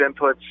inputs